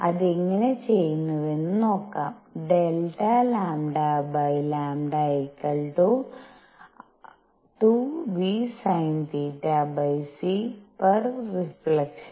അത് എങ്ങനെ ചെയ്യുന്നുവെന്ന് നോക്കാം∆λλι2vsinθc പെർ റീഫ്ലക്ഷൻ